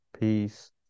peace